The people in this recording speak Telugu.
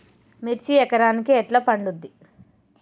మిర్చి ఎకరానికి ఎట్లా పండుద్ధి?